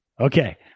Okay